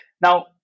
Now